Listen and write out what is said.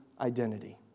identity